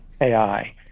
AI